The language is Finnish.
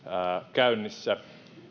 käynnissä